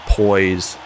poise